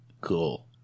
Cool